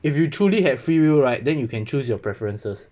if you truly had free will right then you can choose your preferences